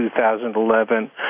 2011